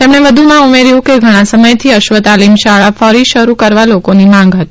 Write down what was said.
તેમણે વધુમાં ઉમેર્યું કે ઘણા સમયથી અશ્વતાલીમ શાળા ફરી શરૂ કરવા લોકોની માંગ હતી